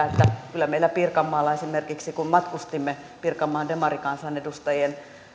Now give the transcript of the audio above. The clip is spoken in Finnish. että kyllä meillä pirkanmaalla esimerkiksi kun matkustimme pirkanmaan demarikansanedustajien